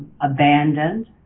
abandoned